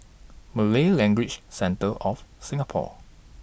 Malay Language Centre of Singapore